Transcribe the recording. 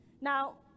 Now